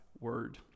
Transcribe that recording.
word